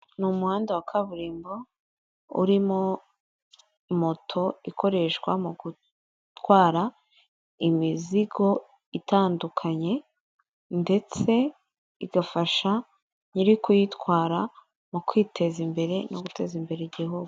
Ni umuhanda wa kaburimbo, urimo moto ikoreshwa mu gutwara imizigo itandukanye, ndetse igafasha nyiri kuyitwara mu kwiteza imbere, no guteza imbere igihugu.